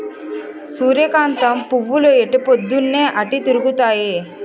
సూర్యకాంతం పువ్వులు ఎటుపోద్దున్తీ అటే తిరుగుతాయి